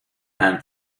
and